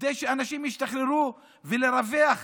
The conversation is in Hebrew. כדי שאנשים ישתחררו, ולרווח